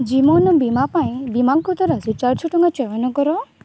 ଜୀବନ ବୀମା ପାଇଁ ବୀମାକୃତ ରାଶି ଚାରିଶହ ଟଙ୍କା ଚୟନ କର